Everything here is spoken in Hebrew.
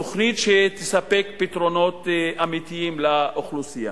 תוכנית שתספק פתרונות אמיתיים לאוכלוסייה.